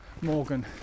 Morgan